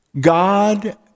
God